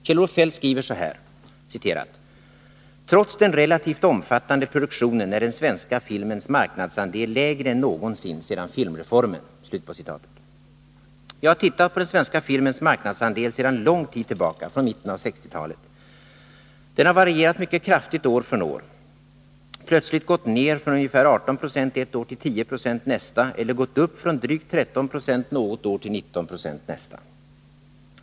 Kjell-Olof Feldt skriver: ”Trots den relativt omfattande produktionen är den svenska filmens marknadsandel lägre än någonsin sedan filmreformen.” Jag har tittat på den svenska filmens marknadsandel sedan lång tid tillbaka, från mitten av 1960-talet. Den har varierat mycket kraftigt år från år — plötsligt gått ned från ungefär 18 9 ett år till 10 70 nästa, eller gått upp från drygt 13 20 något år till 19 26 nästa.